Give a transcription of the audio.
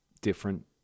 different